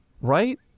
right